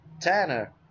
Tanner